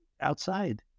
outside